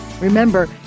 Remember